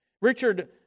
Richard